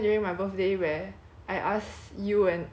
go to my igloo together then 我们